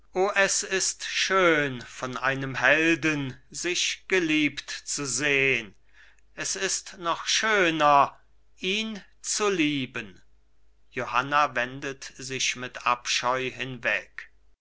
es ist schön von einem helden sich geliebt zu sehn es ist noch schöner ihn zu lieben johanna wendet sich mit abscheu hinweg